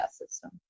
system